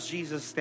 Jesus